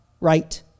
right